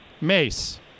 Mace